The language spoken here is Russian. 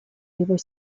его